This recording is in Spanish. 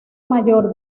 mayor